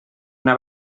una